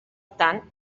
tant